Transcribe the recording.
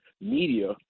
media